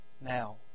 now